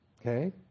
Okay